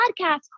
Podcast